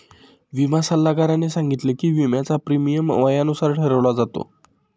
विमा सल्लागाराने सांगितले की, विम्याचा प्रीमियम वयानुसार ठरवला जातो